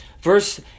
Verse